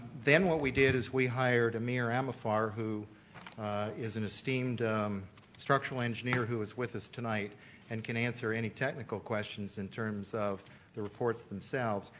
then what we did is we hired amir amafar who is an esteemed structural engineer who is with us tonight and can answer any technical questions in terms of the reports themselves.